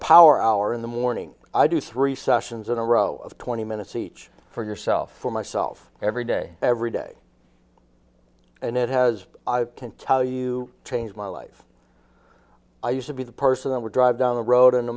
hour in the morning i do three sessions in a row of twenty minutes each for yourself for myself every day every day and it has i can tell you changed my life i used to be the person that would drive down the road